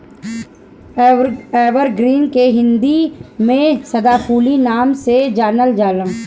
evergreen के हिंदी में सदाफुली नाम से जानल जाला